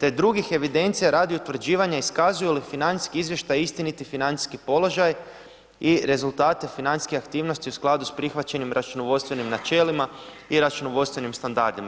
te drugih evidencija radi utvrđivanja iskazuju li financijski izvještaji istiniti financijski položaj i rezultate financijskih aktivnosti u skladu s prihvaćanjem računovodstvenim načelima i računovodstvenim standardima.